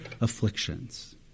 afflictions